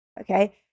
Okay